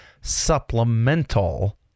supplemental